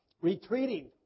Retreating